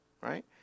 Right